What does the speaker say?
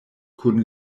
kun